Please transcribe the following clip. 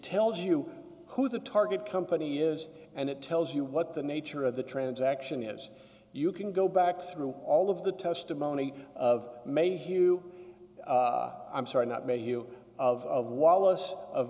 tells you who the target company is and it tells you what the nature of the transaction is you can go back through all of the testimony of mayhew i'm sorry not me you of